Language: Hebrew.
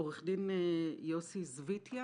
עורך הדין יוסי זויטיא